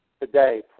today